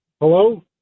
Hello